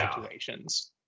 situations